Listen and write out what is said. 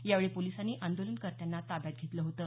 यावेळी पोलिसांनी आंदोलनकर्त्यांना ताब्यात घेतलं होतं